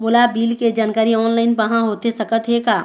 मोला बिल के जानकारी ऑनलाइन पाहां होथे सकत हे का?